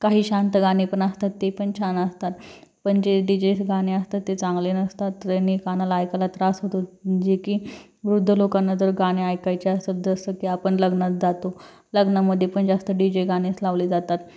काही शांत गाणे पण असतात ते पण छान असतात पण जे डी जे गाणे असतात ते चांगले नसतात त्यानी कानाला ऐकायला त्रास होतो जे की वृद्ध लोकांना जर गाणे ऐकायचे असत जसं की आपण लग्नात जातो लग्नामध्ये पण जास्त डी जे गाणेच लावले जातात